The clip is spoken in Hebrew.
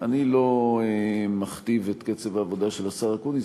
אני לא מכתיב את קצב העבודה של השר אקוניס.